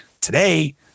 today